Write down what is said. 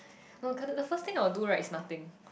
the first thing I would do right is nothing